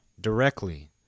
directly